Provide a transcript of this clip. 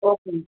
okay ma'am